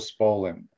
Spolin